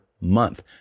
month